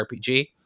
rpg